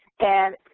and,